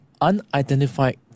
unidentified